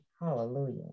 hallelujah